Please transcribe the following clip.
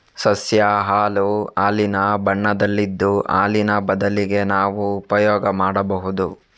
ಸಸ್ಯ ಹಾಲು ಹಾಲಿನ ಬಣ್ಣದಲ್ಲಿದ್ದು ಹಾಲಿನ ಬದಲಿಗೆ ನಾವು ಉಪಯೋಗ ಮಾಡ್ಬಹುದು